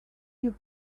you